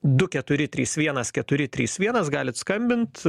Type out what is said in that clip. du keturi trys vienas keturi trys vienas galit skambint